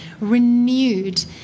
renewed